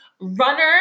runner